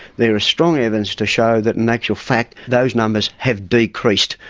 there is strong evidence to show that in actual fact those numbers have decreased,